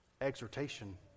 exhortation